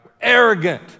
arrogant